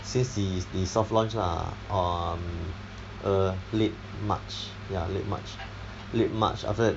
since the the soft launch lah um uh late march ya late march late march after that